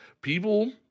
people